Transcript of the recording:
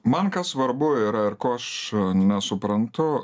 man kas svarbu yra ir ko aš nesuprantu